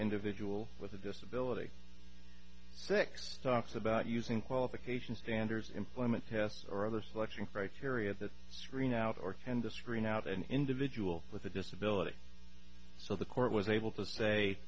individual with a disability six talks about using qualifications standards employment tests or other selection criteria that screen out or tend to screen out an individual with a disability so the court was able to say